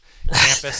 campus